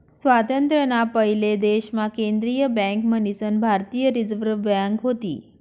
स्वातंत्र्य ना पयले देश मा केंद्रीय बँक मन्हीसन भारतीय रिझर्व बँक व्हती